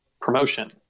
promotion